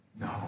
no